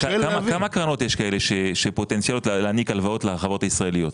כמה קרנות כאלה יש שפוטנציאליות להעניק הלוואות לחברות הישראליות?